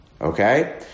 okay